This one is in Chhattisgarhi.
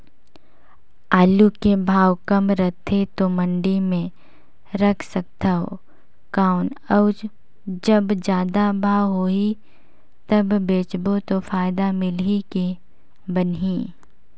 आलू के भाव कम रथे तो मंडी मे रख सकथव कौन अउ जब जादा भाव होही तब बेचबो तो फायदा मिलही की बनही?